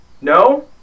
No